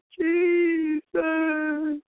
Jesus